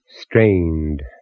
strained